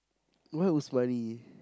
why was money